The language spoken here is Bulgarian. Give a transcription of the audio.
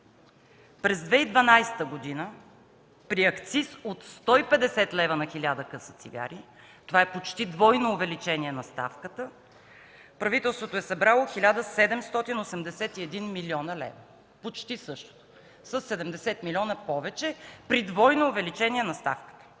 През 2012 г. при акциз от 150 лв. на 1000 къса цигари, това е почти двойно увеличение на ставката, правителството е събрало 1 781 млн. лв. – почти същото, със 70 милиона повече, при двойно увеличение на ставката.